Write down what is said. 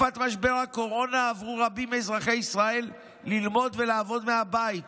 בתקופת משבר הקורונה עברו רבים מאזרחי ישראל ללמוד ולעבוד מהבית